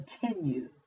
continue